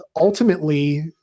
ultimately